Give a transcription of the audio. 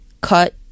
cut